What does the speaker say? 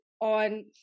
on